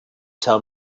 tell